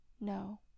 No